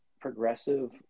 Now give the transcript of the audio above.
progressive